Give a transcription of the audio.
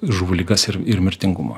žuvų ligas ir ir mirtingumą